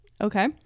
Okay